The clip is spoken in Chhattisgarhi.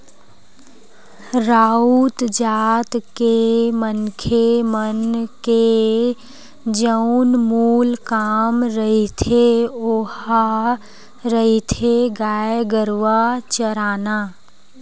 राउत जात के मनखे मन के जउन मूल काम रहिथे ओहा रहिथे गाय गरुवा चराना